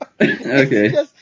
okay